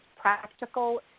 Practical